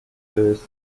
löst